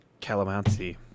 Calamansi